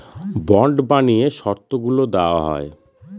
bond বানিয়ে শর্তগুলা দেওয়া হয়